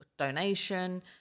donation